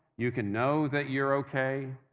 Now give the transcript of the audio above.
you can know that you're okay